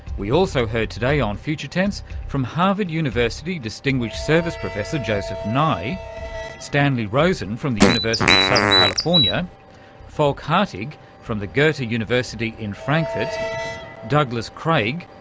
we also heard today on future tense from harvard university, distinguished service professor joseph nye stanley rosen from the university of southern california falk hartig from the goethe university in frankfurt douglas craig,